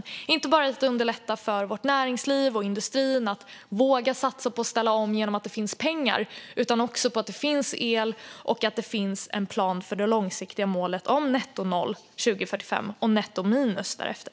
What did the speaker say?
Det handlar inte bara om att underlätta för vårt näringsliv och vår industri att våga satsa på att ställa om genom att det finns pengar utan också om att det finns el och att det finns en plan för det långsiktiga målet om nettonoll 2045 och nettominus därefter.